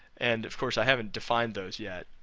and of course, i haven't defined those yet,